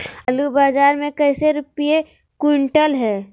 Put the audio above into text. आलू बाजार मे कैसे रुपए प्रति क्विंटल है?